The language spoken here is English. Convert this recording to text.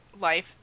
life